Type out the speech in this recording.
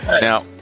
Now